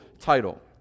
title